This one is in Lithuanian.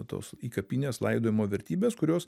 tos įkapinės laidojimo vertybės kurios